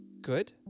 good